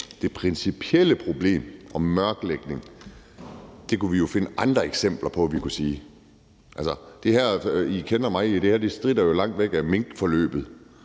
det principielle problem om mørklægning kunne vi jo finde andre eksempler på. I kender jo mig, og det her stritter langt væk af minkforløbet,